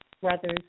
brothers